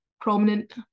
prominent